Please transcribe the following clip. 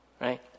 Right